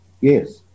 Yes